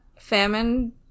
Famine